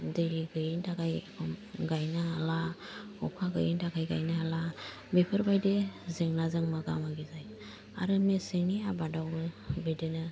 दै गैयैनि थाखाय गाइनो हाला अखा गैयैनि थाखाय गाइनो हाला बेफोरबायदि जेंनाजों मोगा मोगि जायो आरो मेसेंनि आबादावबो बिदिनो